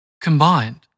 Combined